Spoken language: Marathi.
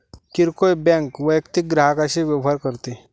किरकोळ बँक वैयक्तिक ग्राहकांशी व्यवहार करते